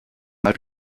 mal